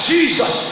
Jesus